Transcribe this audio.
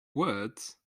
words